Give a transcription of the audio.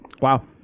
Wow